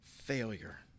Failure